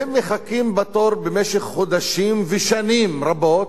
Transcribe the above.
הם מחכים בתור במשך חודשים ושנים רבות